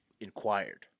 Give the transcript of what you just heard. inquired